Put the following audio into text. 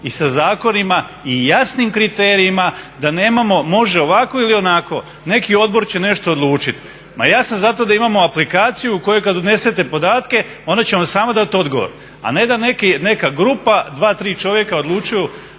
i sa zakonima i jasnim kriterijima da nemamo, može ovako ili onako. Neki odbor će nešto odlučit, ma ja sam za to da imamo aplikaciju u koju kad unesete podatke ona će vam sama dat odgovor, a ne da neka grupa, dva-tri čovjeka odlučuju